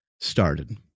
started